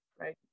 Right